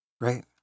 right